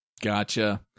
Gotcha